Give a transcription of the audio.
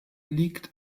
liegt